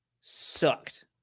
sucked